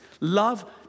Love